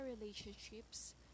relationships